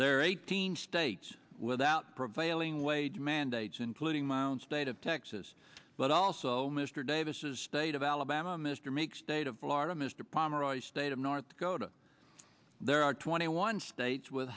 are eighteen states without prevailing wage mandates including my own state of texas but also mr davis's state of alabama mr meeks state of florida mr pomeroy state of north dakota there are twenty one states with